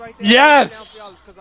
Yes